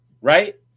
right